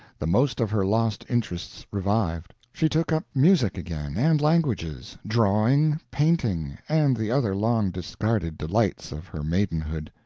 the most of her lost interests revived. she took up music again, and languages, drawing, painting, and the other long-discarded delights of her maidenhood.